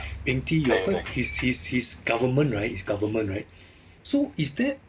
pengti he he he's government right he's government right so is there